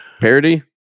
Parody